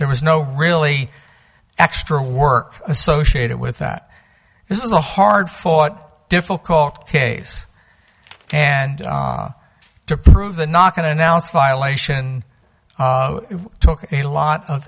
there was no really extra work associated with that this is a hard fought difficult case and to prove the not going to announce violation took a lot of